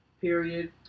period